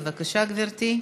בבקשה, גברתי,